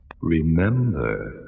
Remember